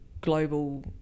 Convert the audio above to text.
global